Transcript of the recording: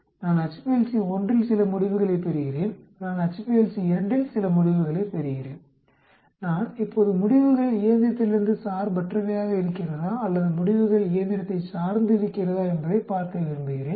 நான் HPLC 1இல் சில முடிவுகளைப் பெறுகிறேன் நான் HPLC 2இல் சில முடிவுகளைப் பெறுகிறேன் நான் இப்போது முடிவுகள் இயந்திரத்திலிருந்து சார்பற்றவையாக இருக்கிறதா அல்லது முடிவுகள் இயந்திரத்தை சார்ந்து இருக்கிறதா என்பதை பார்க்க விரும்புகிறேன்